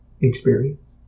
experience